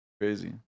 Crazy